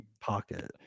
pocket